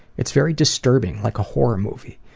it's very disturbing, like a horror movie.